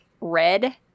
red